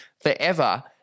forever